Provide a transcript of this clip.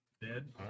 Dead